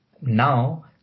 now